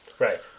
Right